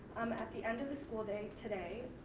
um at the end of the school day today,